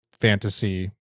fantasy